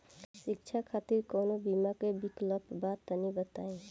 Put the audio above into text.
शिक्षा खातिर कौनो बीमा क विक्लप बा तनि बताई?